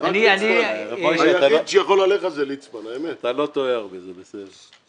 אני תוהה בקול רם האם אותם יושבי-ראש של אותם גופים,